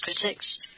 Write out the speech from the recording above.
critics